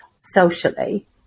socially